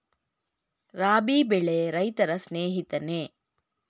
ರಾಬಿ ಬೆಳೆ ರೈತರ ಸ್ನೇಹಿತನೇ?